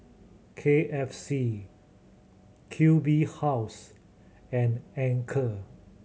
K F C Q B House and Anchor